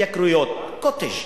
ההתייקרויות, ה"קוטג'".